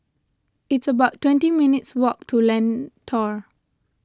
it's about twenty minutes' walk to Lentor